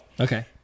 Okay